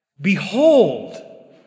Behold